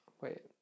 wait